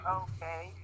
okay